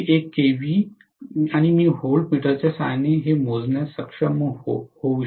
खाली 1 केव्ही आणि मी व्होल्टमीटरच्या सहाय्याने हे मोजण्यास सक्षम होऊ